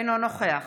אינו נוכח